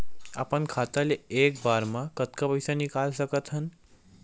अपन खाता ले एक बार मा कतका पईसा निकाल सकत हन?